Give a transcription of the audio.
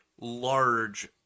large